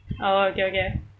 oh okay okay